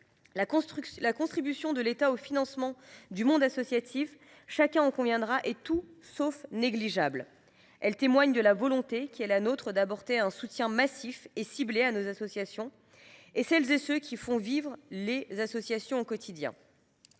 La contribution de l’État au financement du monde associatif, chacun en conviendra, est tout sauf négligeable. Elle témoigne de notre volonté d’apporter un soutien massif et ciblé à nos associations et à celles et à ceux qui les font vivre au quotidien.